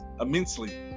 immensely